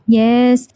yes